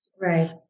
Right